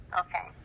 okay